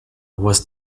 was